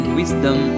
wisdom